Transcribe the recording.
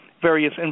various